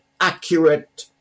accurate